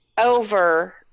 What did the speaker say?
over